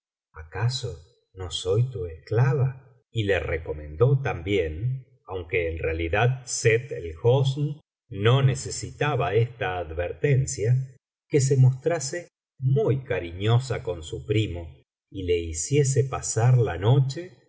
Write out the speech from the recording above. acaso soy tu esclava y le recomendó también aunque en realidad sett ei hosn no necesitaba esta advertencia que se mostrase muy cariñosa con su primo y le hiciese pasar la noche